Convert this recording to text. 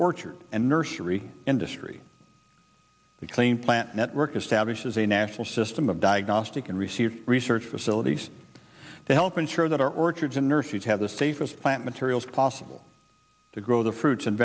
orchard and nursery industry we claim plant network establishes a national system of diagnostic and receive research facilities to help ensure that our orchards and nurseries have the safest plant materials possible to grow the fruits and